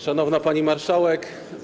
Szanowna Pani Marszałek!